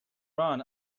ran